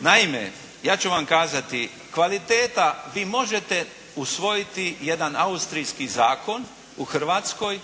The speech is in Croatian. Naime, ja ću vam kazati. Kvaliteta, vi možete usvojiti jedan austrijski zakon u Hrvatskoj